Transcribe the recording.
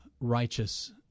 righteous